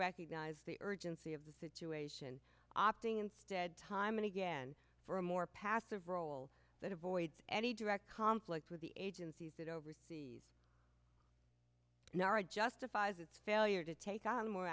recognize the urgency of the situation opting instead to time and again for a more the role that avoids any direct conflict with the agency that oversees nowra justifies its failure to take on a more